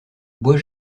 bois